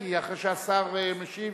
כי אחרי שהשר ישיב,